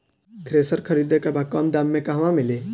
Thresher खरीदे के बा कम दाम में कहवा मिली?